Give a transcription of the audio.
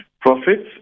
profits